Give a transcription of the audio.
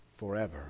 Forever